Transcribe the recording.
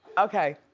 okay,